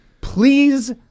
Please